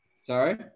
Sorry